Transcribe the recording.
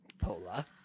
Pola